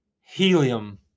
Helium